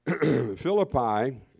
Philippi